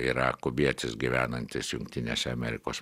yra kubietis gyvenantis jungtinėse amerikos